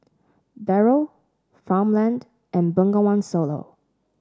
Barrel Farmland and Bengawan Solo